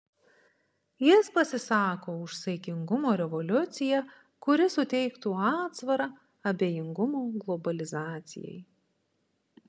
jis pasisako už saikingumo revoliuciją kuri suteiktų atsvarą abejingumo globalizacijai